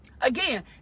Again